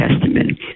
Testament